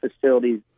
facilities